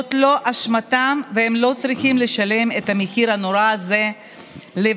זאת לא אשמתם והם לא צריכים לשלם את המחיר הנורא הזה לבדם.